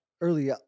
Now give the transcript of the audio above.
early